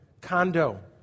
condo